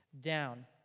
down